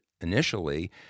initially